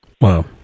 Wow